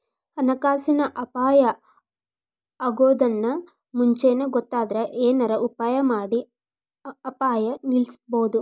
ಹಣಕಾಸಿನ್ ಅಪಾಯಾ ಅಗೊದನ್ನ ಮುಂಚೇನ ಗೊತ್ತಾದ್ರ ಏನರ ಉಪಾಯಮಾಡಿ ಅಪಾಯ ನಿಲ್ಲಸ್ಬೊದು